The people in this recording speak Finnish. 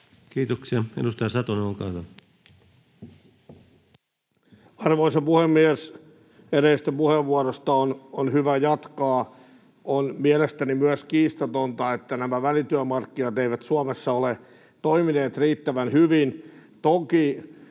laeiksi Time: 15:00 Content: Arvoisa puhemies! Edellisestä puheenvuorosta on hyvä jatkaa. On mielestäni myös kiistatonta, että nämä välityömarkkinat eivät Suomessa ole toimineet riittävän hyvin. Toki